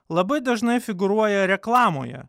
labai dažnai figūruoja reklamoje